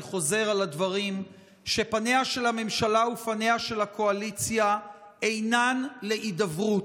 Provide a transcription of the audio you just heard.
ואני חוזר על הדברים: פניה של הממשלה ופניה של הקואליציה אינן להידברות.